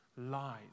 lies